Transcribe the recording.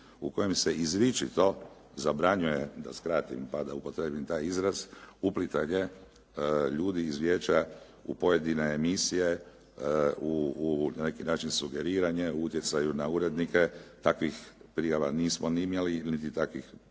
u kojem se izričito zabranjuje, da skratim pa da upotrijebim taj izraz uplitanje ljudi iz vijeća u pojedine emisije, u na neki način sugeriranje o utjecaju na urednike. Takvih prijava nismo ni imali niti takvih, za